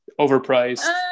overpriced